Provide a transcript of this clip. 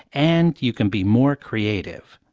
and you can be more creative